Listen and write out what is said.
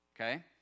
okay